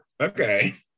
okay